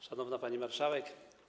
Szanowna Pani Marszałek!